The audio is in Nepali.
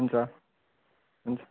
हुन्छ हुन्छ